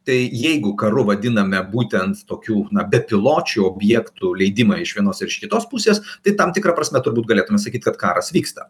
tai jeigu karu vadiname būtent tokių bepiločių objektų leidimą iš vienos ir iš kitos pusės tai tam tikra prasme turbūt galėtumėme sakyti kad karas vyksta